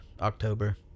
October